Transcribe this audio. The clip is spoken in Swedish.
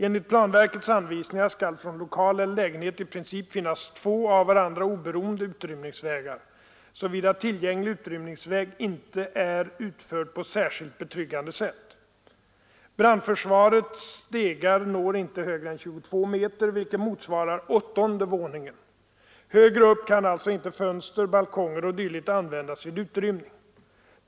Enligt planverkets anvisningar skall från lokal eller lägenhet i princip finnas två av varandra oberoende utrymningsvägar, såvida tillgänglig utrymningsväg inte är utförd på särskilt betryggande sätt. Brandförsvarets stegar når inte högre än 22 meter, vilket motsvarar åttonde våningen. Högre upp kan alltså inte fönster, balkonger o.d. användas vid utrymning.